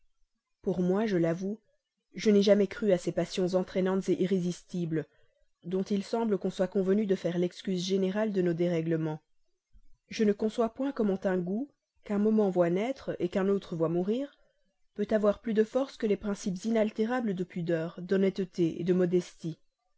pour moi je l'avoue je n'ai jamais cru à ces passions entraînantes irrésistibles dont il semble qu'on soit convenu de faire l'excuse générale de nos déréglements je ne conçois point comment un goût qu'un moment voit naître qu'un autre voit mourir peut avoir plus de force que les principes inaltérables de pudeur d'honnêteté de modestie